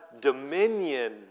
dominion